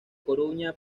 coruña